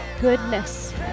goodness